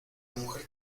mujer